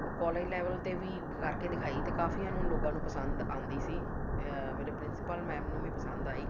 ਉਹ college level 'ਤੇ ਵੀ ਕਰਕੇ ਦਿਖਾਈ ਅਤੇ ਕਾਫੀਆਂ ਨੂੰ ਲੋਕਾਂ ਨੂੰ ਪਸੰਦ ਆਉਂਦੀ ਸੀ ਮੇਰੇ ਪ੍ਰਿੰਸੀਪਲ ਮੈਮ ਨੂੰ ਵੀ ਪਸੰਦ ਆਈ